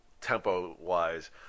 tempo-wise